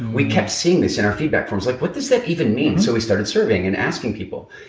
we kept seeing this in our feedback forms. like what does that even mean? so we started surveying and asking people.